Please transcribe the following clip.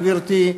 גברתי,